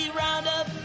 roundup